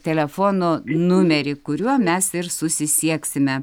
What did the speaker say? telefono numerį kuriuo mes ir susisieksime